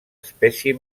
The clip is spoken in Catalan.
espècie